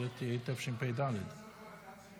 ולהארכת תוקפן של תקנות שעת חירום (חרבות